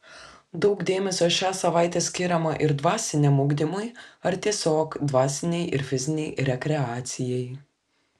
daug dėmesio šią savaitę skiriama ir dvasiniam ugdymui ar tiesiog dvasinei ir fizinei rekreacijai